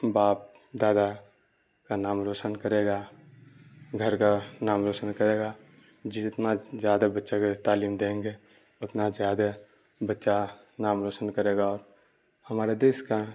باپ دادا کا نام روشن کرے گا گھر کا نام روشن کرے گا جتنا زیادہ بچہ کو تعلیم دیں گے اتنا زیادہ بچہ نام روشن کرے گا اور ہمارے دیش کا